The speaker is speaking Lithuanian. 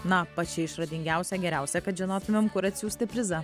na pačia išradingiausia geriausia kad žinotumėm kur atsiųsti prizą